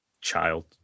Child